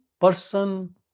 person